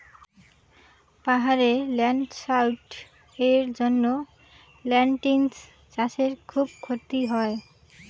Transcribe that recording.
পাহাড়ে ল্যান্ডস্লাইডস্ এর জন্য লেনটিল্স চাষে খুব ক্ষতি হয়